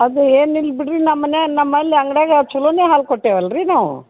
ಅದು ಏನಿಲ್ಲ ಬಿಡಿರಿ ನಮ್ಮ ಮನೆ ನಮ್ಮಲ್ಲಿ ಅಂಗ್ಡಿಯಾಗ ಚಲೋನೆ ಹಾಲು ಕೊಟ್ಟೆವಲ್ಲ ರಿ ನಾವು